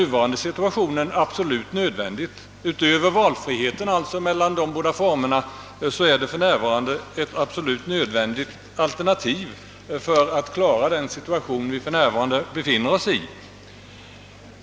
Oavsett det lämpliga med valfriheten mellan de båda formerna är familjedaghemmet absolut nödvändigt i nuvarande läge för att klara den situation vi befinner oss i.